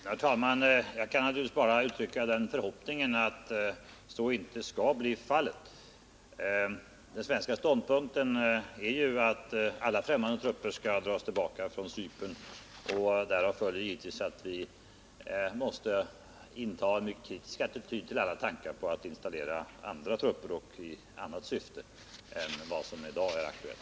Herr talman! Jag kan naturligtvis bara uttrycka förhoppningen att det inte skall bli på detta sätt. Den svenska ståndpunkten är ju att alla främmande trupper skall dras tillbaka från Cypern. Därav följer givetvis att vi måste inta en mycket kritisk attityd till alla tankar på att installera andra trupper, och i annat syfte än vad som i dag är aktuellt.